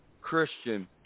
christian